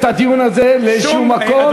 אתה מוביל את הדיון הזה לשום מקום.